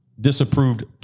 Disapproved